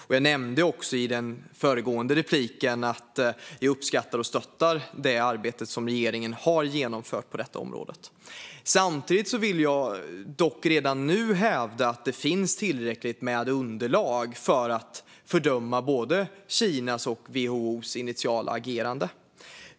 Jag nämnde också i det föregående inlägget att vi uppskattar och stöttar det arbete som regeringen har genomfört på det området. Samtidigt vill jag redan nu hävda att det finns tillräckligt med underlag för att fördöma både Kinas och WHO:s initiala agerande.